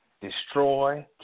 destroy